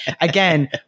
again